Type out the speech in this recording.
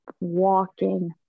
walking